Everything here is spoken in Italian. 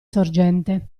sorgente